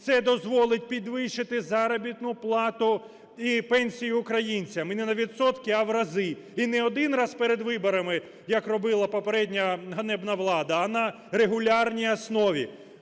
Це дозволить підвищити заробітну плату і пенсію українцям, і не на відсотки, а в рази, і не один раз перед виборами, як робила попередня ганебна влада, а на регулярній основі.